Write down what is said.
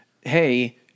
hey